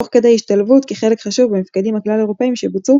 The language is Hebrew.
תוך כדי השתלבות כחלק חשוב במפקדים הכלל-אירופאים שבוצעו